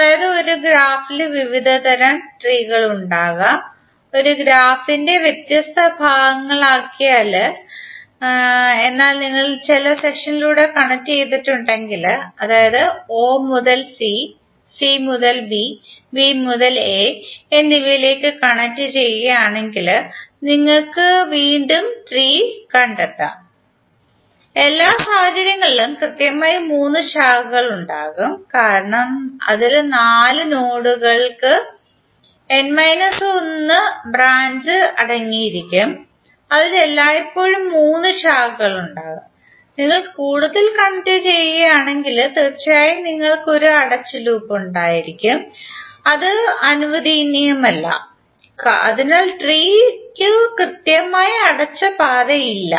അതായത് ഒരു ഗ്രാഫിൽ വിവിധ തരാം ട്രീകൽ ഉണ്ടാകാം ഒരു ഗ്രാഫിന്റെ വ്യത്യസ്ത ഭാഗങ്ങൾ ആക്കിയാൽ എന്നാൽ നിങ്ങൾ ചില സെഷനുകളിലൂടെ കണക്റ്റുചെയ്തിട്ടുണ്ടെങ്കിൽ അതായത് നിങ്ങൾ o മുതൽ c c മുതൽ b b മുതൽ a എന്നിവയിലേക്ക് കണക്റ്റുചെയ്യുകയാണെങ്കിൽ നിങ്ങൾ വീണ്ടും ട്രീ കണ്ടെത്തും എല്ലാ സാഹചര്യങ്ങളിലും കൃത്യമായി മൂന്ന് ശാഖകൾ ഉണ്ടാകും കാരണം അതിൽ നാല് നോഡുകൾക്ക് n മൈനസ് 1 ബ്രാഞ്ച് അടങ്ങിയിരിക്കും അതിൽ എല്ലായ്പ്പോഴും മൂന്ന് ശാഖകളുണ്ടാകും നിങ്ങൾ കൂടുതൽ കണക്റ്റുചെയ്യുകയാണെങ്കിൽ തീർച്ചയായും നിങ്ങൾക്ക് ഒരു അടച്ച ലൂപ്പ് ഉണ്ടായിരിക്കും ഇത് അനുവദനീയമല്ല അതിനാൽ ട്രീ കു കൃത്യമായി അടച്ച പാതയില്ല